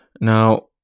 Now